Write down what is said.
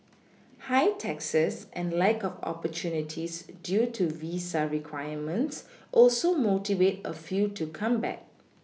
high taxes and lack of opportunities due to visa requirements also motivate a few to come back